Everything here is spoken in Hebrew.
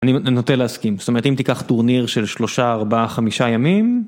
אני נוטה להסכים, זאת אומרת אם תיקח טורניר של שלושה, ארבעה, חמישה ימים.